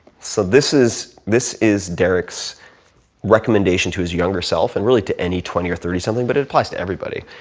so this is this is derek's recommendation to his younger self and really to any twenty or thirty something but it applies to everybody,